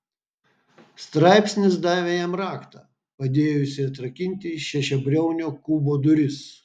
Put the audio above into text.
straipsnis davė jam raktą padėjusį atrakinti šešiabriaunio kubo duris